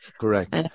Correct